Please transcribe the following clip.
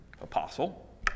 apostle